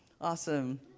Awesome